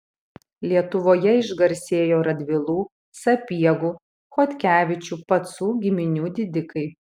lietuvoje išgarsėjo radvilų sapiegų chodkevičių pacų giminių didikai